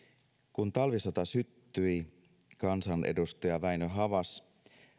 kun talvisota syttyi kansanedustaja väinö havas